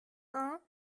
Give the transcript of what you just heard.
run